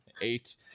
eight